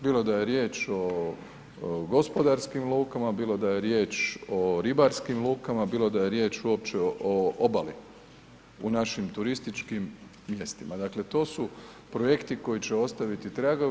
Bilo da je riječ o gospodarskim lukama, bilo da je riječ o ribarskim lukama, bilo da je riječ uopće o obali u našim turističkim mjestima, dakle to su projekti koji će ostaviti tragova.